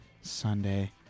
Sunday